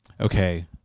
Okay